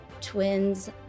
Twins